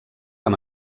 amb